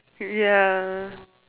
ya